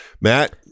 Matt